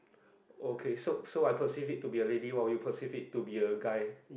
okay so so I perceive it to be a lady while you perceive it to be a guy